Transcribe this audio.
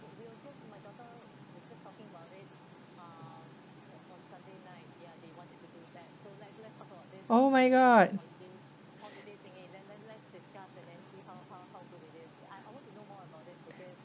oh my god